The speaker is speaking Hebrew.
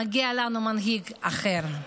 מגיע לנו מנהיג אחר,